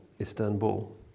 Istanbul